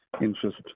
interest